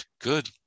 good